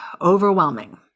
overwhelming